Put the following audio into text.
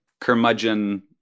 curmudgeon